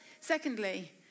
Secondly